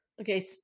Okay